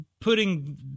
putting